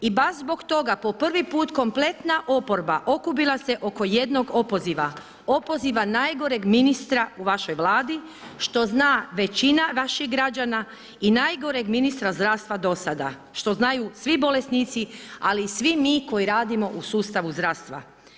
I baš zbog toga po prvi put kompletna oporba okupila se oko jednog opoziva, opoziva najgoreg ministra u vašoj Vladi što zna većina vaših građana i najgoreg ministra zdravstva do sada što znaju svi bolesnici ali i svi mi koji radimo u sustavu zdravstva.